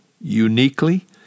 uniquely